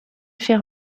fait